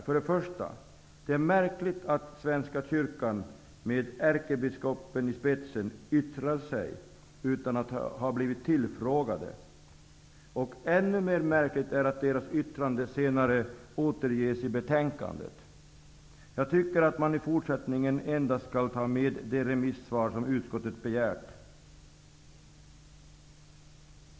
För det första är det märkligt att svenska kyrkan, med ärkebiskopen i spetsen, yttrat sig utan att ha blivit tillfrågad. Ännu mer märkligt är det att yttrandet senare återges i betänkandet. Jag tycker att man i fortsättningen endast skall ta med de remissvar som utskottet begärt.